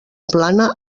plana